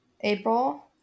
april